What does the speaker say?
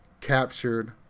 captured